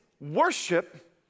worship